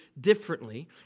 differently